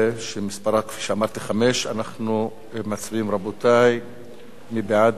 אנחנו מצביעים, מי בעד?